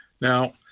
Now